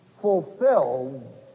fulfilled